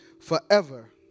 forever